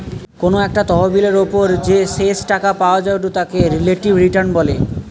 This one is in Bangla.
কোনো একটা তহবিলের ওপর যে শেষ টাকা পাওয়া জায়ঢু তাকে রিলেটিভ রিটার্ন বলে